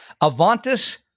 Avantis